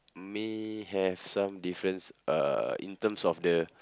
may have some difference uh in terms of the